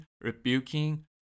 rebuking